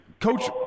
Coach